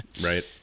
Right